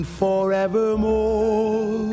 forevermore